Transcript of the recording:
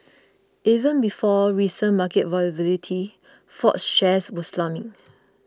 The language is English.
even before recent market volatility Ford's shares were slumping